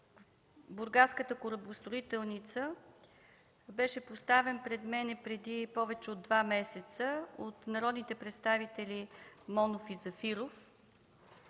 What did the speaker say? Бургаската корабостроителница беше поставен пред мен преди повече от два месеца от народните представители Монов и Зафиров,